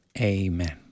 Amen